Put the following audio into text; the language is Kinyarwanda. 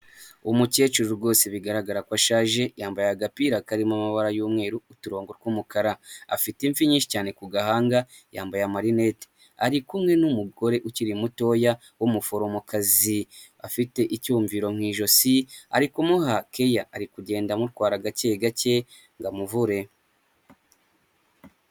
Umukecuru rwose bigaragara ko ashaje, yambaye agapira karimo amabara y'umweru uturongo tw'umukara, afite imvi nyinshi cyane ku gahanga, yambaye amarinete, ari kumwe n'umugore ukiri mutoya w'umuforomokazi, afite icyiyumviro mu ijosi, ari kumuha keya ari kugenda amutwara gakegake ngo amuvure.